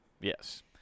Yes